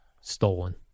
Stolen